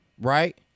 Right